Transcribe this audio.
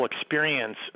experience